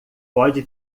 pode